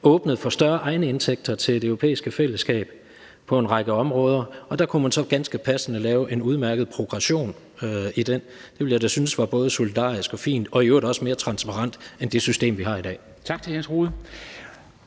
åbnede for større egenindtægter til Det Europæiske Fællesskab på en række områder, og der kunne man så ganske passende lave en udmærket progression. Det ville jeg da synes var både solidarisk og fint og i øvrigt også mere transparent end det system, vi har i dag. Kl. 13:41 Formanden